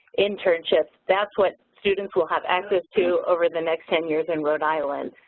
internships, that's what students will have access to over the next ten years in rhode island.